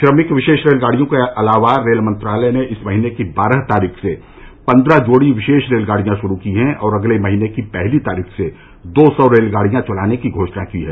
श्रमिक विशेष रेलगाड़ियों के अलावा रेल मंत्रालय ने इस महीने की बारह तारीख से पन्द्रह जोड़ी नई विशेष रेलगाड़ियां शुरू की हैं और अगले महीने की पहली तारीख से दो सौ रेलगाड़ियां चलाने की घोषणा की है